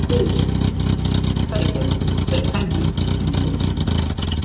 ಸರಿ ಸರಿ ಸರಿ ಸರಿ ಸರಿ ಸರಿ ಥ್ಯಾಂಕ್ ಯು ಸರಿ ಸರಿ